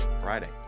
Friday